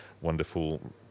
wonderful